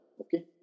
Okay